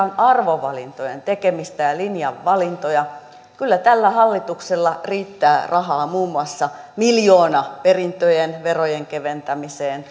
on arvovalintojen tekemistä ja linjavalintoja kyllä tällä hallituksella riittää rahaa muun muassa miljoonaperintöjen verojen keventämiseen